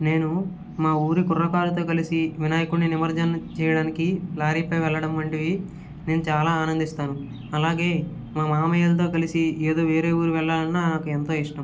నేను మా ఊరి కుర్రకారుతో కలసి వినాయకుడిని నిమజ్జనం చేయడానికి లారీపై వెళ్ళడం వంటివి నేను చాలా ఆనందిస్తాను అలాగే మా మామయ్యా వాళ్ళతో కలసి ఎదో వేరే ఊరు వెళ్ళాలన్నా నాకు ఎంతో ఇష్టం